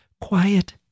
quiet